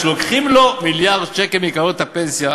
שלוקחים לו מיליארד שקל מקרנות הפנסיה,